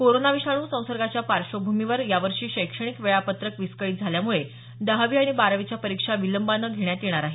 corona विषाणू संसर्गाच्या पार्श्वभूमीवर यावर्षी शैक्षणिक वेळापत्रक विस्कळीत झाल्यामुळे दहावी आणि बारावीच्या परीक्षा विलंबानं घेण्यात येणार आहेत